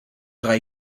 tra